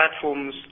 platforms